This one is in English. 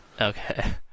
Okay